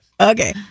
Okay